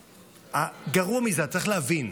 גרוע מזה, צריך להבין,